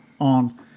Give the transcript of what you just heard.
on